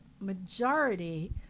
majority